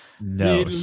No